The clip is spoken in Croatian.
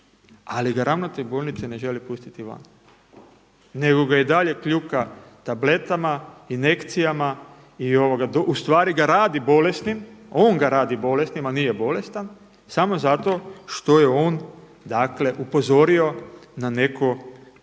ali ga ravnatelj bolnice ne želi pustiti van, nego ga i dalje kljuka tabletama, injekcijama. U stvari ga radi bolesnim, on ga radi bolesnim, a nije bolestan samo zato što je on, dakle upozorio na neku kriminalnu